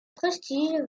prestige